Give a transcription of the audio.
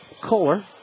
Kohler